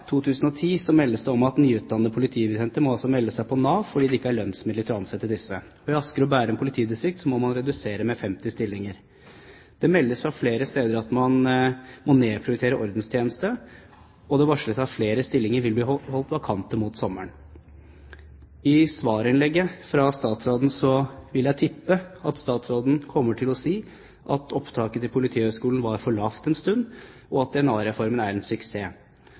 2010 meldes det om at nyutdannede politibetjenter må melde seg på Nav fordi det ikke er lønnsmidler til å ansette disse. I Asker og Bærum politidistrikt må man redusere med 50 stillinger. Det meldes fra flere steder om at man må nedprioritere ordenstjeneste, og det varsles at flere stillinger vil bli holdt vakante mot sommeren. I svarinnlegget til statsråden vil jeg tippe at statsråden kommer til å si at opptaket til Politihøgskolen var for lavt en stund, og at DNA-reformen er en suksess.